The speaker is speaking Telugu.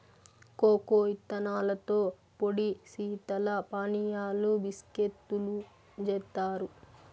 కోకో ఇత్తనాలతో పొడి శీతల పానీయాలు, బిస్కేత్తులు జేత్తారు